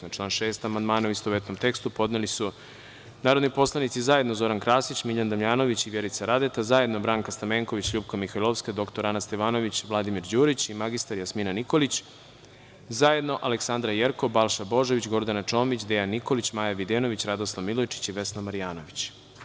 Na član 6. amandmane u istovetnom tekstu, podneli su podneli narodni poslanici zajedno Zoran Krasić, Miljan Damjanović i Vjerica Radeta, zajedno Branka Stamenković, LJupka Mihajlovska, dr. Ana Stevanović, Vladimir Đurić i mr Jasmina Nikolić, zajedno Aleksandra Jerkov, Balša Božović, Gordana Čomić, Dejan Nikolić, Maja Videnović, Radoslav Milojičić, Vesna Marjanović.